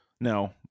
No